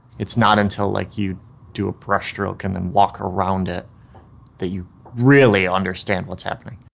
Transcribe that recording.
it's not until, like, you do a brush stroke and then walk around it that you really understand what's happening.